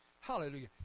Hallelujah